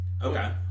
Okay